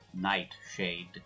nightshade